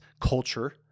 culture